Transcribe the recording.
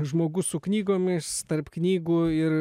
žmogus su knygomis tarp knygų ir